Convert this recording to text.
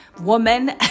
woman